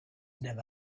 never